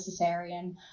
cesarean